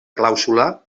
clàusula